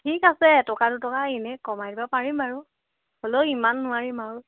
ঠিক আছে এটকা দুটকা এনেই কমাই দিব পাৰিম আৰু হ'লেও ইমান নোৱাৰিম আৰু